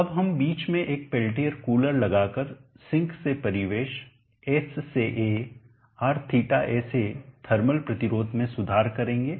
अब हम बीच में एक पेल्टियर कूलर लगाकर सिंक से परिवेश s से a Rθsa थर्मल प्रतिरोध में सुधार करेंगे